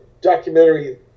documentary